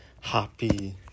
Happy